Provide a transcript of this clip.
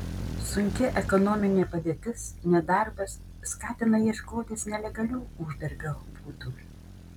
sunki ekonominė padėtis nedarbas skatina ieškotis nelegalių uždarbio būdų